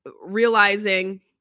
realizing